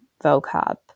vocab